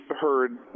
heard